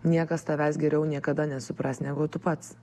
niekas tavęs geriau niekada nesupras negu tu pats